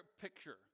picture